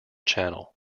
channel